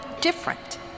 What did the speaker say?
different